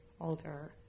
older